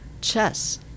chess